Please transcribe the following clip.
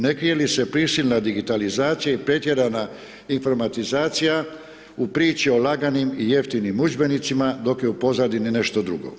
Ne krije li se prisilna digitalizacija i pretjerana informatizacija u priči o laganim i jeftinim udžbenicima, dok je u pozadini nešto drugo?